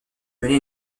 mener